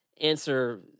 answer